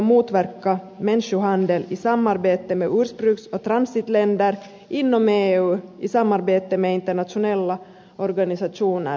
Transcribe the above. finland bör motverka människohandel i samarbete med ursprungs och transitländer inom eu i samarbete med internationella organisationer osv